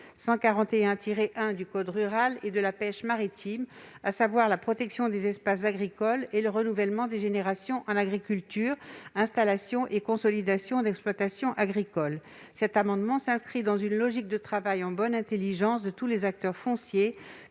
141-1 du code rural et de la pêche maritime. Les objectifs cités sont la protection des espaces agricoles et le renouvellement des générations en agriculture par l'installation et la consolidation d'exploitations agricoles. Cet amendement tend à s'inscrire dans une logique de travail en bonne intelligence de tous les acteurs fonciers,